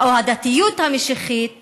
או הדתיות המשיחית